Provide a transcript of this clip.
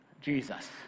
Jesus